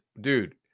dude